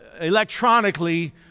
electronically